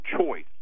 choice